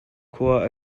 khua